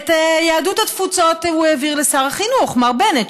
את יהדות התפוצות הוא העביר לשר החינוך מר בנט,